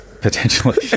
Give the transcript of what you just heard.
Potentially